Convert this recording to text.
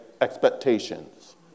expectations